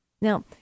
Now